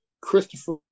Christopher